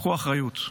קחו אחריות.